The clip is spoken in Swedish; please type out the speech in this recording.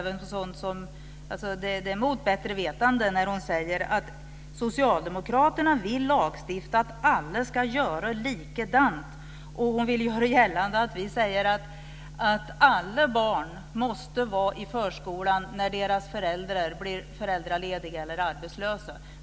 Det är mot bättre vetande när hon säger att Socialdemokraterna vill lagstifta om att alla ska göra likadant och hon vill göra gällande att vi säger att alla barn måste vara i förskolan när deras föräldrar blir föräldralediga eller arbetslösa.